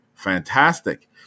Fantastic